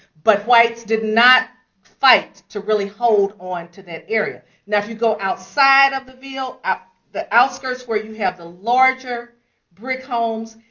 but whites did not fight to really hold onto that area. now if you go outside of the ville, at the outskirts where you have the larger brick homes,